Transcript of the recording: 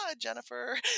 Jennifer